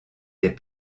des